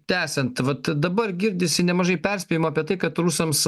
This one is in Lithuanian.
tęsiant vat dabar girdisi nemažai perspėjimų apie tai kad rusams